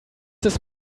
this